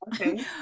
Okay